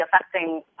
affecting